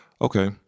Okay